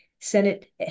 Senate